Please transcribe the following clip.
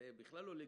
זה בכלל לא לגיטימי,